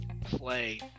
play